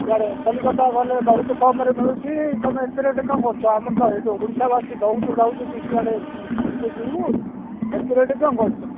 ସିଆଡ଼େ କଲିକତା ଗଲେ ବହୁତ କମରେ ମିଳୁଛି ତୁମେ ଏତେ ରେଟ୍ କ'ଣ କରୁଛ ଆମର ତ ଏଇଠୁ ଓଡ଼ିଶା ବାସୀ ବହୁତ ଯାଉଛନ୍ତି ସିଆଡ଼େ ବିଦେଶକୁ ଏତେ ରେଟ୍ କ'ଣ କରୁଛ